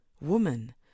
Woman